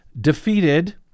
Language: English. defeated